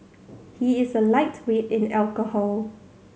he is a lightweight in alcohol